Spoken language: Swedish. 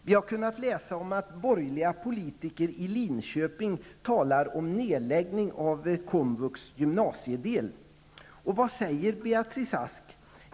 Vi har kunnat läsa om att borgerliga politiker i Linköping talar om nedläggning av komvux gymnasiedel. Vad säger Beatrice Ask?